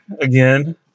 again